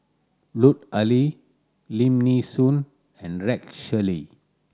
Lut Ali Lim Nee Soon and Rex Shelley